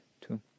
two